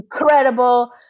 incredible